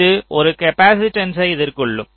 இது ஒரு காப்பாசிட்டன்ஸ்யை எதிர்கொள்ளும்